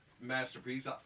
masterpiece